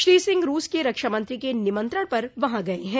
श्री सिंह रूस के रक्षा मंत्री के निमंत्रण पर वहां गये हैं